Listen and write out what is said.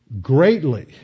greatly